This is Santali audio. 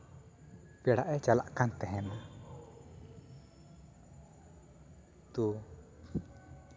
ᱯᱮᱲᱟᱜᱼᱮ ᱪᱟᱞᱟᱜ ᱠᱟᱱ ᱛᱟᱦᱮᱱᱟ ᱛᱳ